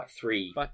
three